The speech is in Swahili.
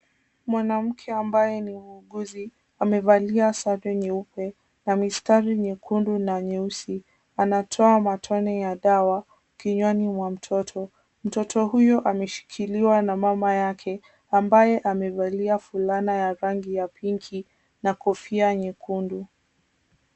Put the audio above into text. Mwanamke ambaye ni muuguzi, amevalia sare nyeupe ya mistari nyekundu na nyeusi. Anatoa matone ya dawa kinywani mwa mtoto. Mtoto huyo ameshikiliwa na mama yake ambaye amevalia fulana ya rangi ya pinki na kofia nyekundu.